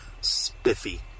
spiffy